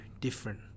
different